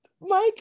Mike